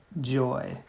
joy